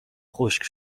خشک